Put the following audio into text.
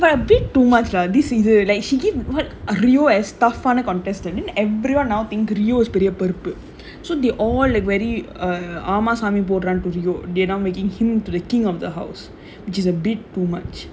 but a bit too much lah this either you like she give what rio as tough ஆன:aana contestant and everyone now think rio is பெரிய பருப்பு:periya paruppu so they all like very ஆமா சாமி போடுறான்:aamaa saami poduraan to rio they now making him to the king of the house which is a bit too much